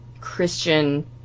christian